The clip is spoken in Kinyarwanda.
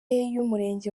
y’umurenge